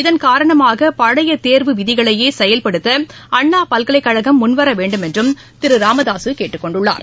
இதன் காரணமாக பழைய தேர்வு விதிகளையே செயல்படுத்த அண்ணா பல்கலைக்கழகம் ்முன்வர வேண்டுமென்றும் திரு ராமதாசு கேட்டுக் கொண்டுள்ளார்